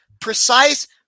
precise